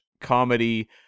comedy